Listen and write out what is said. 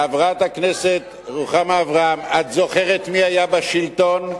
חברת הכנסת רוחמה אברהם, את זוכרת מי היה בשלטון?